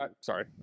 sorry